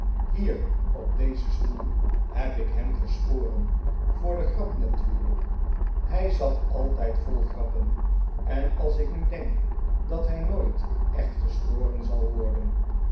hier op dezen stoel heb ik hem geschoren voor de grap natuurlijk hij zat altijd vol grappen en als ik nu denk dat hij nooit echt geschoren zal worden